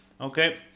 Okay